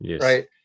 right